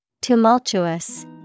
Tumultuous